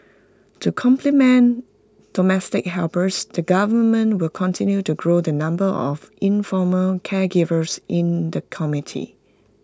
to complement domestic helpers the government will continue to grow the number of informal caregivers in the